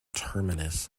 terminus